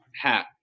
Hat